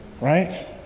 Right